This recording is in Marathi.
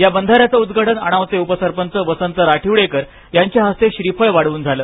या बंधाऱ्याचं उदघाटन अणावचे उपसरपंच वसंत राठिवडेकर यांच्या हस्ते श्रीफळ वाढवून झालं